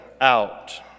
out